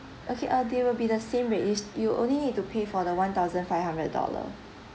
okay uh they will be the same rate it's you only need to pay for the one thousand five hundred dollar